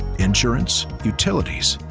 insurance, utilities,